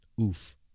Oof